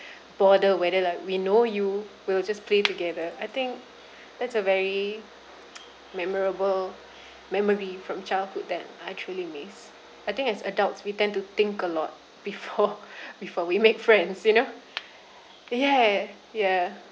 bother whether like we know you we'll just play together I think that's a very memorable memory from childhood that I truly miss I think as adults we tend to think a lot before before we make friends you know ya ya